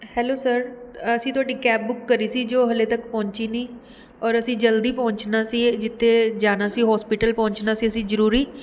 hello sir ਅਸੀਂ ਤੁਹਾਡੀ cab book ਕਰੀ ਸੀ ਜੋ ਹਾਲੇ ਤੱਕ ਪਹੁੰਚੀ ਨਹੀਂ ਔਰ ਅਸੀਂ ਜਲਦੀ ਪਹੁੰਚਣਾ ਸੀ ਜਿੱਥੇ ਜਾਣਾ ਸੀ ਹੋਸਪਿਟਲ ਪਹੁੰਚਣਾ ਸੀ ਅਸੀਂ ਜਰੂਰੀ